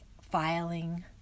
filing